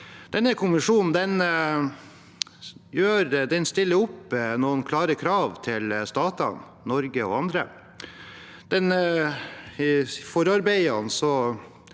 Denne konvensjonen stiller noen krav til statene, Norge og andre. I forarbeidene,